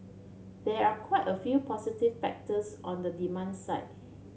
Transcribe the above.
there are quite a few positive factors on the demand side